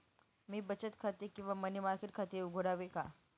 मी बचत खाते किंवा मनी मार्केट खाते उघडावे का?